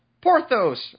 Porthos